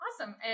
Awesome